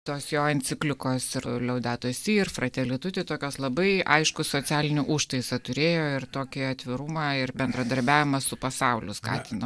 tos jo enciklikos ir liauda tosi ir fratelli tutti tokios labai aiškų socialinį užtaisą turėjo ir tokį atvirumą ir bendradarbiavimą su pasauliu skatina